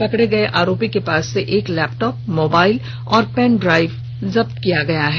पकड़े गए आरोपी के पास से एक लैपटॉप मोबाइल और पेन ड्राइव जब्त किया गया है